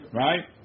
right